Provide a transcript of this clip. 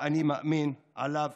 האני-מאמין עליו